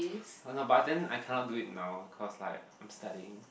I don't know but then I cannot do it now cause like I'm studying